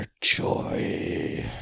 joy